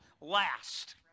last